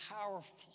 powerful